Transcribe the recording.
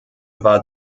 war